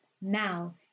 now